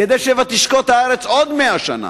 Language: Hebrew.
כדי ש"ותשקוט הארץ" עוד מאה שנה?